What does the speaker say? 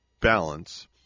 balance